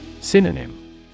Synonym